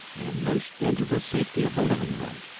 and minced into the safety of the living-room.